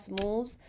moves